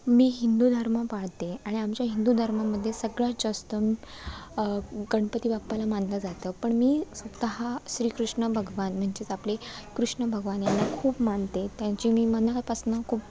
मी हिंदू धर्म पाळते आणि आमच्या हिंदू धर्मामध्ये सगळ्यात जास्त गणपती बाप्पाला मानलं जातं पण मी स्वतः श्रीकृष्ण भगवान म्हणजेच आपले कृष्ण भगवान यांना खूप मानते त्यांची मी मनापासनं खूप